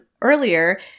earlier